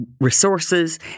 resources